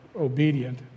obedient